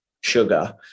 sugar